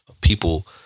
people